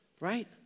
Right